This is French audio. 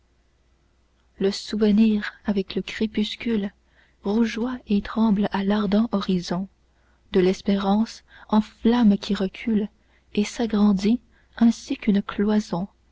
le souvenir avec le crépuscule rougeoie et tremble à l'ardent horizon de l'espérance en flamme qui recule et s'agrandit ainsi qu'une cloison